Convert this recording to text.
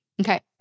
Okay